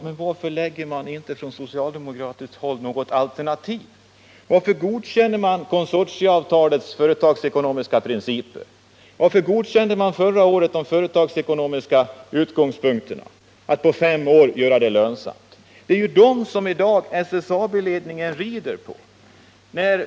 Men varför lägger inte socialdemokraterna fram något alternativ? Varför godkänner man konsortieavtalets företagsekonomiska principer? Varför godkände man efteråt de företagsekonomiska utgångspunkterna att på fem år göra det lönsamt? Det är ju det som SSAB-ledningen i dag rider på.